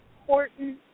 important